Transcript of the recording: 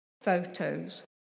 photos